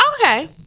okay